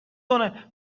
کنه